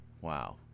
wow